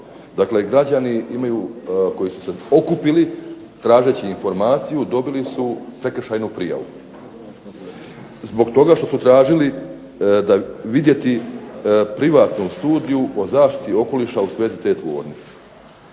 dakle građani imaju koji su se okupili tražeći informaciju. Dobili su prekršajnu prijavu zbog toga što su tražili vidjeti privatnu studiju o zaštiti okoliša u svezi te tvornice